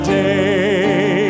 day